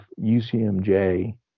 ucmj